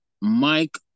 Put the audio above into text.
Mike